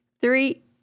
Three